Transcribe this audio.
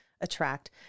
attract